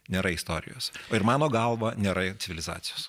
nėra istorijos ir mano galva nėra ir civilizacijos